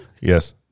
Yes